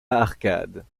arcades